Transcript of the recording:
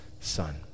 son